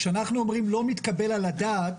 כשאנחנו אומרים "לא מתקבל על הדעת",